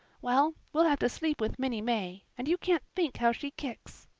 well, we'll have to sleep with minnie may and you can't think how she kicks.